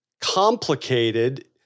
complicated